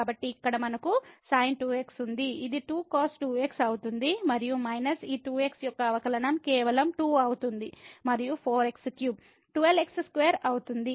కాబట్టి ఇక్కడ మనకు sin 2x ఉంది ఇది 2 cos2x అవుతుంది మరియు మైనస్ ఈ 2x యొక్క అవకలనం కేవలం 2 అవుతుంది మరియు 4x3 12x2 అవుతుంది